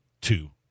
two